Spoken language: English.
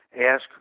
Ask